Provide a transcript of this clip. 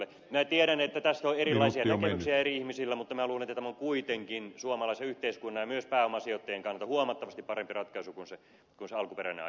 minä tiedän että tästä on erilaisia näkemyksiä eri ihmisillä mutta minä luulen että tämä on kuitenkin suomalaisen yhteiskunnan ja myös pääomasijoittajien kannalta huomattavasti parempi ratkaisu kuin se alkuperäinen ajatus